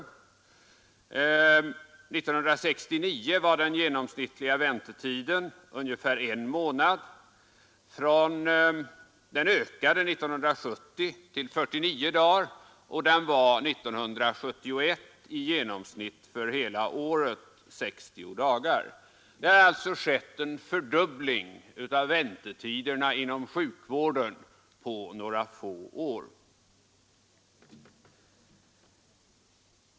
År 1969 var den genomsnittliga väntetiden ungefär en månad, den ökade 1970 till 49 dagar och var 1971 i genomsnitt för hela året 60 dagar. Det har alltså på några få år skett en fördubbling av väntetiderna inom sjukvården.